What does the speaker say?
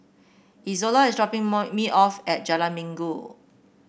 Izola is dropping me off at Jalan Minggu